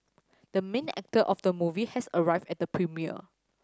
the main actor of the movie has arrived at the premiere